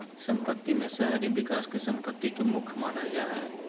सम्पत्ति में शहरी विकास के सम्पत्ति के मुख्य मानल जा हइ